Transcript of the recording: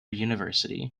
university